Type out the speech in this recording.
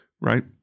right